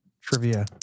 trivia